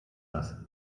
das